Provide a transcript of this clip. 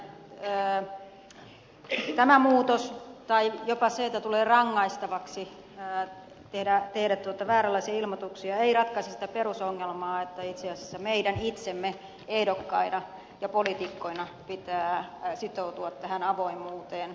nimittäin tämä muutos tai jopa se että tulee rangaistavaksi tehdä vääränlaisia ilmoituksia ei ratkaise sitä perusongelmaa että itse asiassa meidän itsemme ehdokkaina ja poliitikkoina pitää sitoutua tähän avoimuuteen